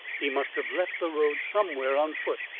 he must have left the road somewhere on foot.